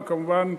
וכמובן,